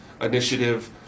initiative